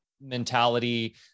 mentality